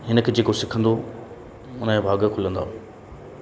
हिन खे जेको सिखंदो उन जा भाॻ खुलंदा